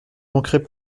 manquerait